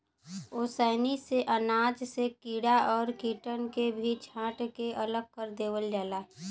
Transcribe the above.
ओसैनी से अनाज से कीड़ा और कीटन के भी छांट के अलग कर देवल जाला